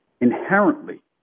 Inherently